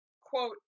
quote